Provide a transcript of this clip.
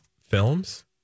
films